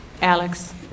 Alex